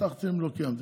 הבטחתם ולא קיימתם.